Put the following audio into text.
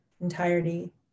entirety